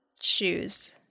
shoes